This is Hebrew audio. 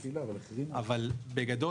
בגדול,